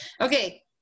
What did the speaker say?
Okay